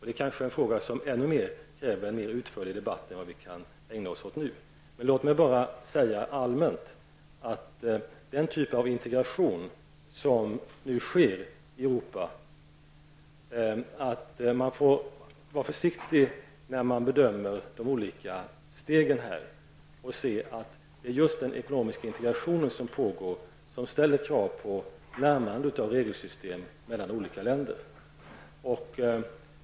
Det är en fråga som kanske kräver ännu mer tid än vad vi kan anslå i dag. Låt mig bara allmänt säga att man vid bedömandet av de olika stegen i den typ av integration som nu sker i Europa måste vara försiktig. Det är just den ekonomiska integrationen som ställer krav på ett närmande av de olika ländernas regelsystem.